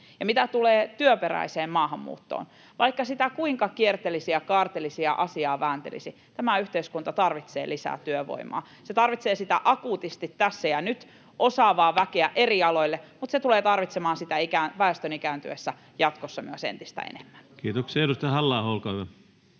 Mitä tulee työperäiseen maahanmuuttoon, vaikka sitä kuinka kiertelisi ja kaartelisi ja asiaa vääntelisi, tämä yhteiskunta tarvitsee lisää työvoimaa. Se tarvitsee sitä akuutisti tässä ja nyt, osaavaa väkeä eri aloille, mutta se tulee tarvitsemaan sitä väestön ikääntyessä jatkossa myös entistä enemmän. [Speech 51] Speaker: